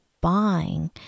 buying